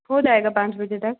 हो जाएगा पाँच बजे तक